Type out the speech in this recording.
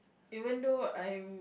even though I'm